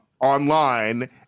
online